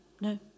no